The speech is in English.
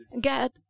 God